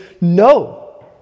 no